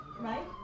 right